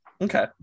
Okay